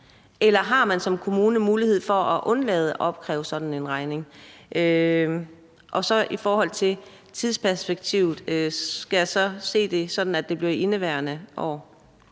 eller har man som kommune mulighed for at undlade at opkræve sådan en regning? Og i forhold til tidsperspektivet vil jeg høre, om jeg skal se det sådan, at det bliver i indeværende år.